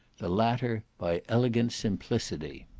the latter by elegant simplicity.